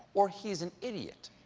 or he's an idiot.